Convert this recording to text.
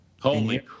Holy